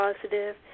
positive